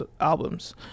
albums